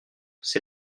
c’est